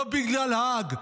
לא בגלל האג,